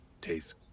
taste